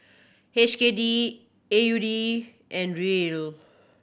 H K D A U D and Riel